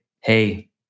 hey